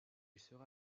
sera